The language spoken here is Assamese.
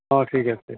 অঁ ঠিক আছে